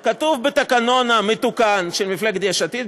זה כתוב בתקנון המתוקן של מפלגת יש עתיד,